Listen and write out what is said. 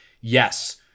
yes